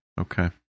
Okay